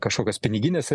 kažkokias pinigines